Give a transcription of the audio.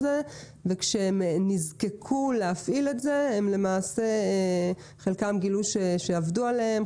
וכשהם נזקקו להפעיל את זה הם למעשה חלקם גילו שעבדו עליהם,